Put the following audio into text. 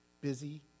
busy